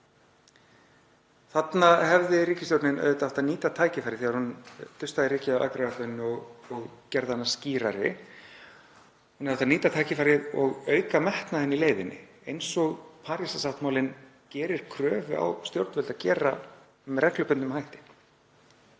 Þarna hefði ríkisstjórnin auðvitað átt að nýta tækifærið þegar hún dustaði rykið af aðgerðaáætluninni og gerði hana skýrari, hún hefði átt að nýta tækifærið og auka metnaðinn í leiðinni eins og Parísarsáttmálinn gerir kröfur á stjórnvöld að gera með reglubundnum hætti.